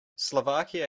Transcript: slovakia